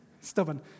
Stubborn